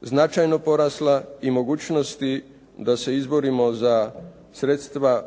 značajno porasla i mogućnosti da se izborimo za sredstva